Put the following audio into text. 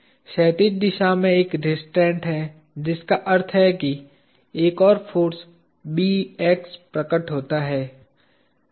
क्षैतिज दिशा में एक रेस्ट्रेंट है जिसका अर्थ है कि एक और फाॅर्स Bx प्रकट होता है